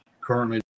currently